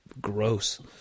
gross